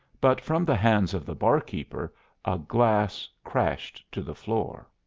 but from the hands of the barkeeper a glass crashed to the floor.